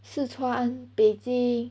四川北京